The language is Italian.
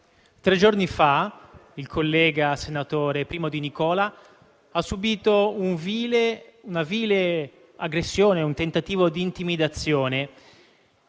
tre giorni fa, il collega senatore Primo Di Nicola ha subito una vile aggressione, un tentativo di intimidazione.